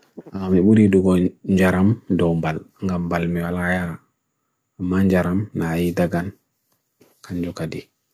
Nde ewi, ko hayreji ɗiɗi e wude tawa, ko ndiyanji, hawaaji ko aannda. Hayreji toɓe ngariima mboyata, ɗo daani.